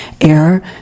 Air